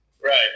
Right